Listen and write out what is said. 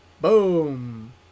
Boom